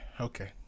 Okay